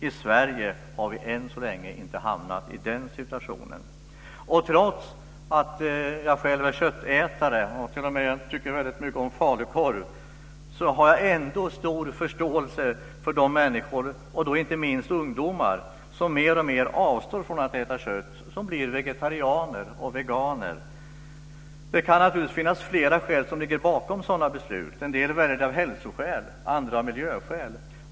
I Sverige har vi än så länge inte hamnat i den situationen. Trots att jag själv är köttätare och t.o.m. tycker mycket om falukorv har jag stor förståelse för de människor, inte minst ungdomar, som i allt större utsträckning avstår från att äta kött - de som blir vegetarianer och veganer. Det kan finnas fler skäl bakom sådana beslut. En del väljer det av hälsoskäl, andra av miljöskäl.